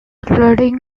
flooding